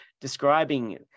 describing